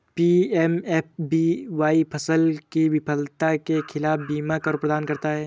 PMFBY फसल की विफलता के खिलाफ बीमा कवर प्रदान करता है